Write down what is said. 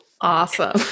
Awesome